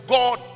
God